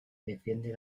defiende